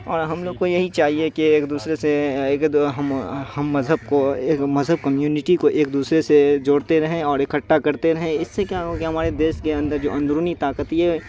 اور ہم لوگ کو یہی چاہیے کہ ایک دوسرے سے ہم مذہب کو ایک مذہب کمیونٹی کو ایک دوسرے سے جوڑتے رہیں اور اکٹھا کرتے رہیں اس سے کیا ہو گیا ہمارے دیش کے اندر جو اندرونی طاقت یہ